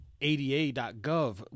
ada.gov